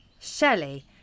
Shelley